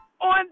on